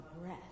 breath